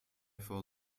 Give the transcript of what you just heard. for